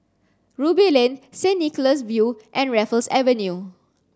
Ruby Lane Saint Nicholas View and Raffles Avenue